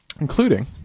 Including